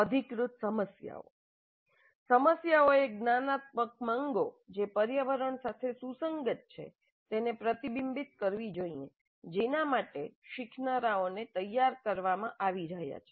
અધિકૃત સમસ્યાઓ સમસ્યાઓએ જ્ઞાનાત્મક માંગો જે પર્યાવરણ સાથે સુસંગત છે તેને પ્રતિબિંબિત કરવી જોઈએ જેના માટે શીખનારાઓને તૈયાર કરવામાં આવી રહ્યા છે